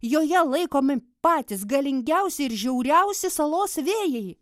joje laikomi patys galingiausi ir žiauriausi salos vėjai